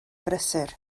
brysur